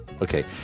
Okay